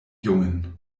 jungen